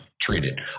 treated